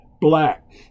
black